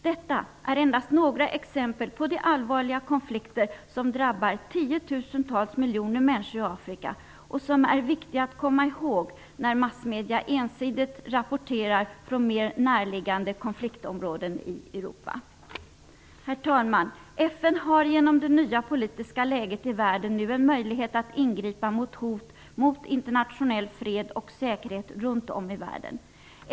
Detta är endast några exempel på de allvarliga konflikter som drabbar tiotusentals miljoner människor i Afrika och som är viktiga att komma ihåg när massmedia ensidigt rapporterar från mer närliggande konfliktområden i Europa. Herr talman! FN har genom det nya politiska läget i världen nu en möjlighet att ingripa mot hot mot internationell fred och säkerhet runt om i världen.